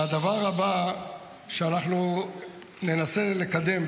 הדבר הבא שננסה לקדם,